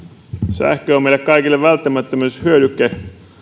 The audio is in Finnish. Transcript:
sähkö on meille kaikille välttämättömyyshyödyke